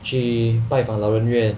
去拜访老人院